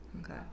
Okay